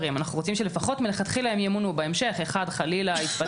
אנחנו רוצים שלפחות מלכתחילה הם ימונו.